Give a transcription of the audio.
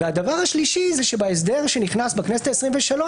והדבר השלישי שנכנס בהסדר בכנסת העשרים ושלוש,